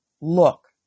Look